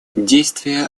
действие